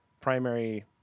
primary